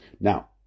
Now